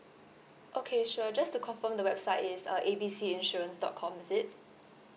okay sure just to confirm the website is uh A B C insurance dot com is it